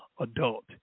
adult